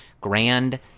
grand